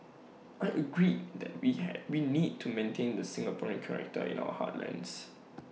I agreed that we had we need to maintain the Singaporean character in our heartlands